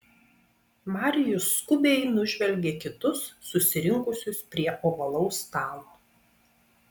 marijus skubiai nužvelgė kitus susirinkusius prie ovalaus stalo